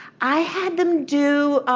i had them do